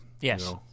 Yes